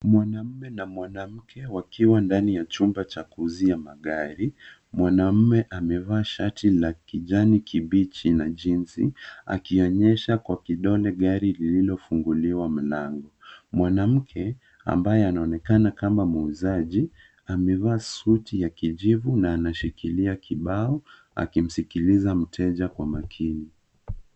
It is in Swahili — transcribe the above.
Mwanamume na mwanamke wakiwa ndani ya chumba cha kuuzia magari, Mwanamume amevaa shati la kijani kibichi na jinsi akionyesha kwa kidole gari lililofunguliwa mlango. Mwanamke ambaye anaonekana kama muuzaji amevaa suti ya kijivu na anashikilia kibao akimsikiliza mteja kwa makini.